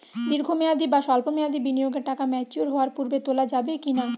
দীর্ঘ মেয়াদি বা সল্প মেয়াদি বিনিয়োগের টাকা ম্যাচিওর হওয়ার পূর্বে তোলা যাবে কি না?